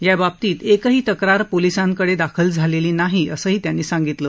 या बाबतीत एकही तक्रार पोलिसांकडे दाखल झालेली नाही असंही त्यांनी सांगितलं